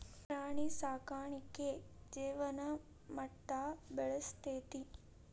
ಪ್ರಾಣಿ ಸಾಕಾಣಿಕೆ ಜೇವನ ಮಟ್ಟಾ ಬೆಳಸ್ತತಿ